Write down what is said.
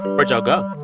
where'd y'all go?